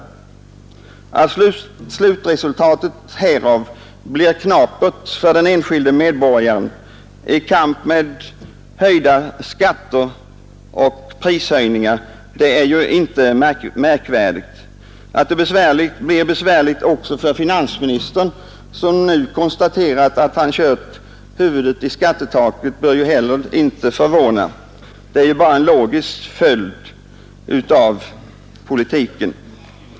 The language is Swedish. Att slutresultatet härav blir knapert för den enskilde medborgaren i kamp med höjda skatter och prishöjningar är ju inte märkvärdigt. Att det blir besvärligt också för finansministern, som nu konstaterat att han kört huvudet i skattetaket, bör heller inte förvåna. Det är bara en logisk följd av politiken.